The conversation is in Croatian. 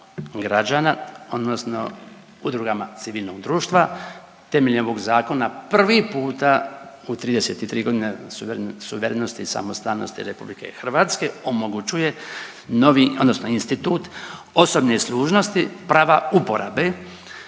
odnosno udrugama civilnog društva temeljem ovog Zakona prvi puta u 33 godine suverenosti i samostalnosti RH omogućuje novi odnosno institut osobne služnosti prava uporabe